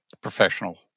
professional